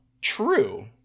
True